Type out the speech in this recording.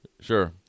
Sure